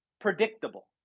predictable